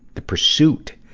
the pursuit,